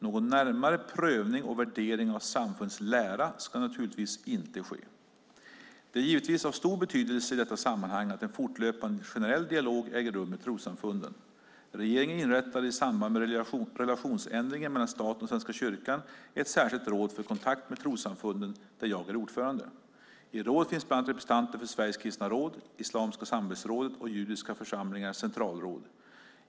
Någon närmare prövning och värdering av samfundets lära ska naturligtvis inte ske. Det är givetvis av stor betydelse i detta sammanhang att en fortlöpande, generell dialog äger rum med trossamfunden. Regeringen inrättade i samband med relationsändringen mellan staten och Svenska kyrkan ett särskilt råd för kontakt med trossamfunden där jag är ordförande. I rådet finns bland annat representanter för Sveriges kristna råd, Islamiska samarbetsrådet och Judiska församlingarnas centralråd.